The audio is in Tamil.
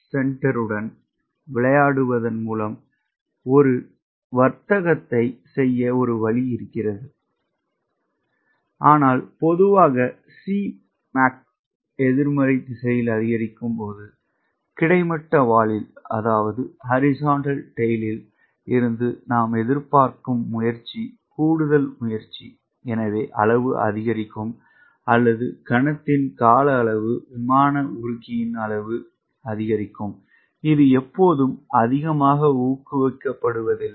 Cயுடன் விளையாடுவதன் மூலம் ஒரு வர்த்தகத்தை செய்ய ஒரு வழி இருக்கிறது ஆனால் பொதுவாக C mac எதிர்மறை திசையில் அதிகரிக்கும் போது கிடைமட்ட வாலில் இருந்து நாம் எதிர்பார்க்கும் முயற்சி கூடுதல் முயற்சி எனவே அளவு அதிகரிக்கும் அல்லது கணத்தின் கால அளவு விமான உருகியின் அளவு அதிகரிக்கும் இது எப்போதும் அதிகமாக ஊக்குவிக்கப்படுவதில்லை